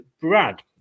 Brad